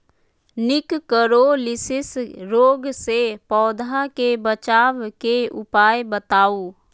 निककरोलीसिस रोग से पौधा के बचाव के उपाय बताऊ?